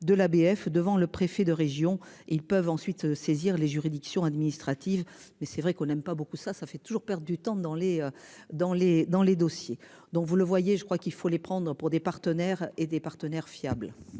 de la bf devant le préfet de région et ils peuvent ensuite saisir les juridictions administratives. Mais c'est vrai qu'on n'aime pas beaucoup ça, ça fait toujours perdent du temps dans les dans les dans les dossiers dont vous le voyez, je crois qu'il faut les prendre pour des partenaires et des partenaires fiables.